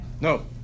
No